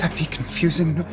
ah be confusing,